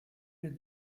les